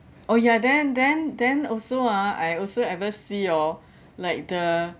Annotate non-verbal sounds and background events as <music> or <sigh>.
oh ya then then then also ah I also ever see orh <breath> like the